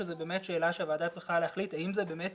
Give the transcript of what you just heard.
זו שאלה שהוועדה צריכה להחליט האם זה באמת